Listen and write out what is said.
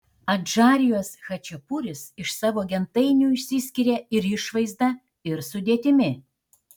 adžarijos chačapuris iš savo gentainių išsiskiria ir išvaizda ir sudėtimi